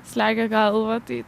slegia galvą tai